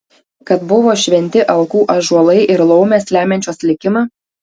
kad buvo šventi alkų ąžuolai ir laumės lemiančios likimą